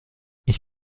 ich